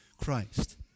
Christ